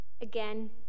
Again